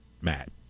Matt